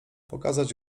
pokazać